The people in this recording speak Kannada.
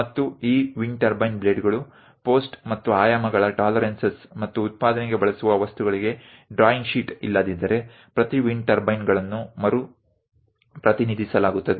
ಮತ್ತು ಈ ವಿಂಡ್ ಟರ್ಬೈನ್ ಬ್ಲೇಡ್ಗಳು ಪೋಸ್ಟ್ ಮತ್ತು ಆಯಾಮಗಳ ಟಾಲರೆನ್ಸಸ್ ಮತ್ತು ಉತ್ಪಾದನೆಗೆ ಬಳಸುವ ವಸ್ತುಗಳಿಗೆ ಡ್ರಾಯಿಂಗ್ ಶೀಟ್ ಇಲ್ಲದಿದ್ದರೆ ಪ್ರತಿ ವಿಂಡ್ ಟರ್ಬೈನ್ ಗಳನ್ನು ಮರು ಪ್ರತಿನಿಧಿಸಲಾಗುತ್ತದೆ ಮತ್ತು ತಯಾರಿಸಲಾಗುತ್ತದೆ